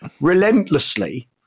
relentlessly